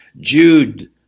Jude